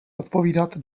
odpovídat